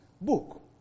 book